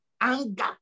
Anger